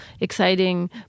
exciting